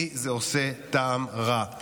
לי זה עושה טעם רע,